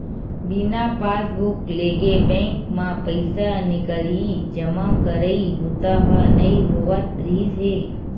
बिना पासबूक लेगे बेंक म पइसा निकलई, जमा करई बूता ह नइ होवत रिहिस हे